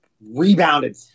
rebounded